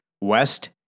West